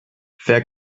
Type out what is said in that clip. wer